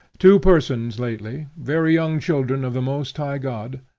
two persons lately, very young children of the most high god,